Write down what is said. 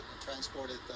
transported